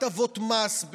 בהטבות מס,